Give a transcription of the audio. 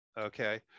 okay